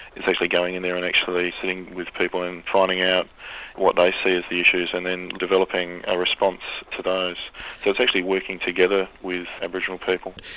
it's actually going in there and actually sitting with people and finding out what they see as the issues, and then developing a response to those. so it's actually working together with aboriginal people.